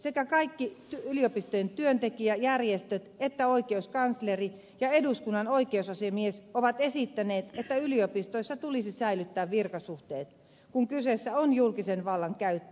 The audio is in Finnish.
sekä kaikki yliopistojen työntekijäjärjestöt että oikeuskansleri ja eduskunnan oikeusasiamies ovat esittäneet että yliopistoissa tulisi säilyttää virkasuhteet kun kyseessä on julkisen vallan käyttö